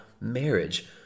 marriage